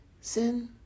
sin